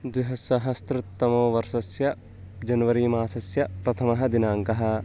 द्विहसहस्रतमवर्षस्य जनवरि मासस्य प्रथमः दिनाङ्कः